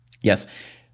Yes